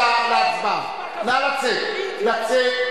ואני רוצה שתקשיב עכשיו לכלכלה ציונית,